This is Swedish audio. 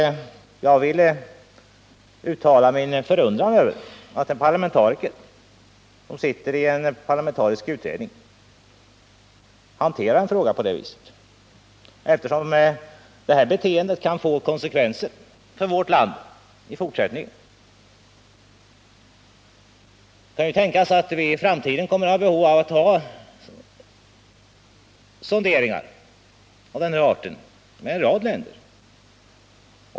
Jag vill uttala min förundran över att en parlamentariker, som sitter med i en parlamentarisk utredning, kan hantera en fråga på detta sätt. Ett sådant beteende kan få konsekvenser för vårt land i framtiden. Det kan ju tänkas att vi i framtiden kommer att ha behov av att göra sonderingar av denna art hos en rad länder.